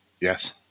Yes